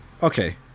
Okay